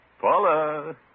Paula